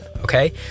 Okay